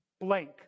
blank